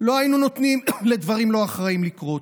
לא היינו נותנים לדברים לא אחראיים לקרות.